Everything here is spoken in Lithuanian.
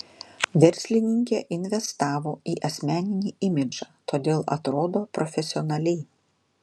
verslininkė investavo į asmeninį imidžą todėl atrodo profesionaliai